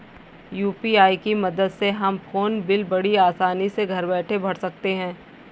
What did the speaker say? UPI की मदद से हम फ़ोन बिल बड़ी आसानी से घर बैठे भर सकते हैं